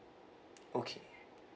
okay